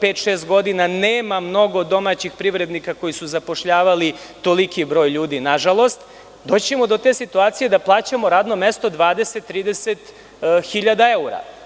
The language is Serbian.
pet-šest godina nema mnogo domaćih privrednika koji su zapošljavali toliki broj ljudi, nažalost, doći ćemo do te situacije da plaćamo radno mesto 20.000 do 30.000 evra.